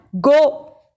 go